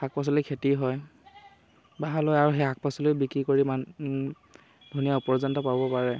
শাক পাচলি খেতি হয় ভাল হয় আৰু সেই শাক পাচলিও বিক্ৰী কৰি ইমান ধুনীয়া উপাৰ্জন এটা পাব পাৰে